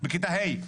בכיתה ה'.